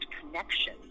connection